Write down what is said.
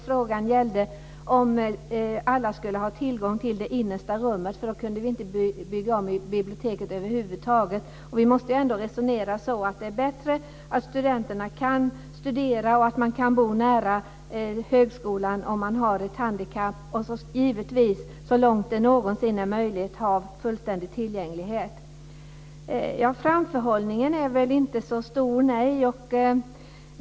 Frågan gällde om alla skulle ha tillgång till det innersta rummet, för då kunde inte biblioteket byggas om över huvud taget. Vi måste ändå resonera så att det är bättre att studenterna, om de har ett handikapp, kan studera, bo nära högskolan och givetvis så långt det någonsin är möjligt ha fullständig tillgänglighet. Framförhållningen är väl inte så stor, nej.